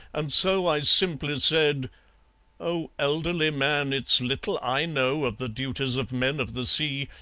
and so i simply said oh, elderly man, it's little i know of the duties of men of the sea,